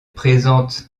présente